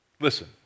Listen